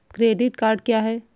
Credit card क्या है?